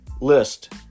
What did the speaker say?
list